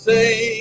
Say